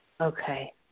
Okay